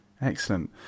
Excellent